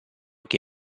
che